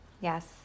yes